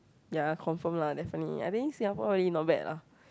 ya confirm lah definitely I think Singapore really not bad lah